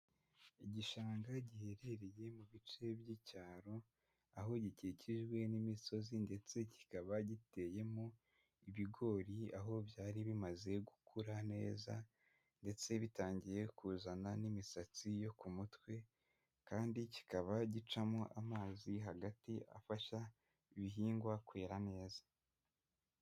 Igishanga giherereye mu bice by'icyaro, aho gikikijwe n'imisozi ndetse kikaba giteyemo ibigori, aho byari bimaze gukura neza ndetse bitangiye kuzana n'imisatsi yo ku mutwe kandi kikaba gicamo amazi hagati afasha ibihingwa kwera neza.